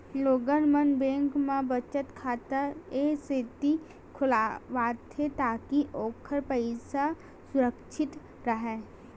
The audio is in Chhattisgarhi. लोगन मन बेंक म बचत खाता ए सेती खोलवाथे ताकि ओखर पइसा सुरक्छित राहय